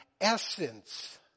essence